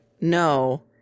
no